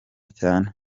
cyane